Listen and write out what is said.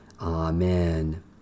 Amen